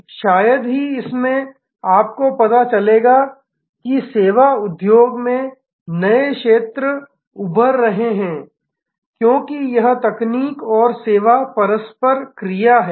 इसमें ही शायद आपको पता चलेगा कि सेवा उद्योग में नए क्षेत्र उभर रहे हैं क्योंकि यह तकनीक और सेवा परस्पर क्रिया है